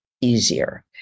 easier